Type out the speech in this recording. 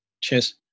Cheers